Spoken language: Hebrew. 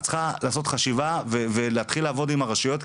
את צריכה לעשות חשיבה ולהתחיל לעבוד עם הרשויות,